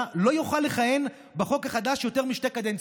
לא יוכל לכהן בחוק החדש יותר משתי קדנציות.